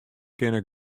kinne